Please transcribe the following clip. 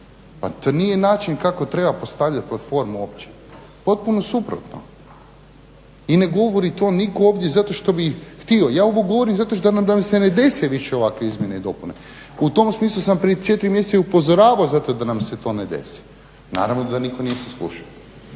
Pa to nije način kako treba postavljat platformu uopće, potpuno suprotno. I ne govori to nitko ovdje zato što bi htio, ja ovo govorim zato da nam se ne dese više ovakve izmjene i dopune. U tom smislu sam prije 4 mjeseca i upozoravao zato da nam se to ne desi, naravno da nitko nije saslušao.